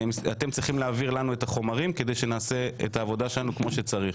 אתם צריכים להעביר לנו את החומרים כדי שנעשה את העבודה שלנו כמו שצריך.